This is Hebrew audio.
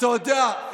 אתה יודע,